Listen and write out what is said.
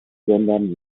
sondern